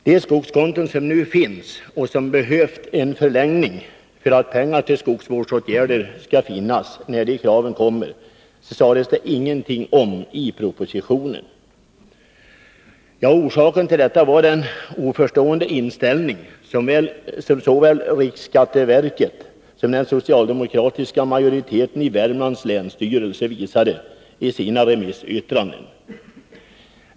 De skogskonton som nu existerar, och som nu behöver en förlängning för att pengar till skogsvårdsåtgärder skall finnas tillgängliga när de kraven kommer, sägs det ingenting om i propositionen. Orsaken till detta är den oförstående inställning som såväl riksskatteverket som den socialdemokratiska majoriteten i länsstyrelsen i Värmland visade i sina remissyttranden.